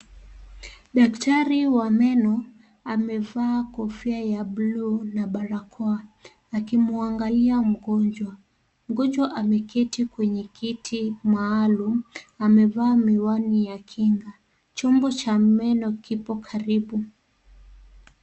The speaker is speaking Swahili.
Daktari wa meno amevaa kofia ya buluu na barakoa akimwangalia mgonjwa, mgonjwa ameketi kwenye kiti maalum amevaa miwani ya kinga, chombo cha meno kipo karibu.